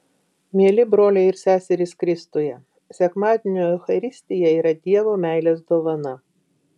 mieli broliai ir seserys kristuje sekmadienio eucharistija yra dievo meilės dovana